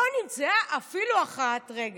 לא נמצאה אפילו אחת, רגע,